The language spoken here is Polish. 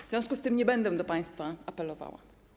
W związku z tym nie będę do państwa apelowała.